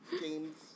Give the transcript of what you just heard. James